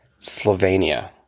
Slovenia